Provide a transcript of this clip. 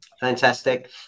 Fantastic